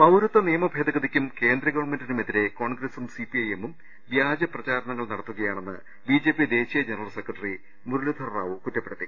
പൌരത്വ നിയമ ഭേദഗതിക്കും കേന്ദ്ര ഗവൺമെന്റിനുമെതിരെ കോൺഗ്രസും സി പി ഐ എമ്മും വ്യാജ പ്രചാരണങ്ങൾ നടത്തുകയാ ണെന്ന് ബി ജെ പി ദേശീയ ജനറൽ സെക്രട്ടറി മുർളീധർ റാവു കുറ്റപ്പെടു ത്തി